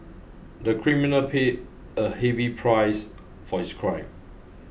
the criminal paid a heavy price for his crime